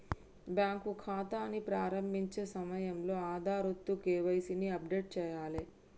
bank ఖాతాని ప్రారంభించే సమయంలో ఆధార్తో కేవైసీ ని అప్డేట్ చేయాలే